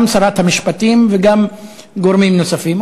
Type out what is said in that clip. גם של שרת המשפטים וגם של גורמים נוספים,